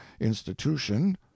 institution